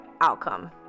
outcome